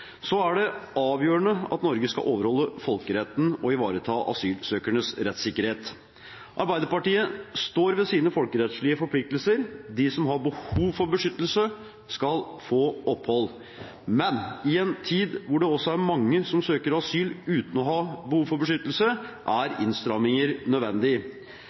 Så er det avgjørende at Norge skal overholde folkeretten og ivareta asylsøkernes rettssikkerhet. Arbeiderpartiet står ved sine folkerettslige forpliktelser; de som har behov for beskyttelse, skal få opphold. Men i en tid da det også er mange som søker asyl uten å ha behov for beskyttelse, er innstramminger nødvendig.